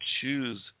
choose